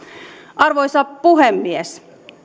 arvoisa puhemies